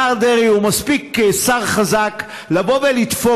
השר דרעי הוא שר מספיק חזק לבוא ולדפוק